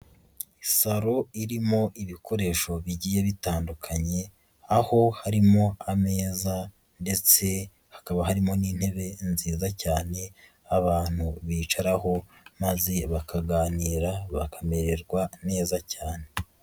Salon irimo ibikoresho bigiye bitandukanye aho harimo ameza ndetse hakaba harimo n'intebe nziza cyane abantu bicaraho maze bakaganira bakamererwa neza cyane.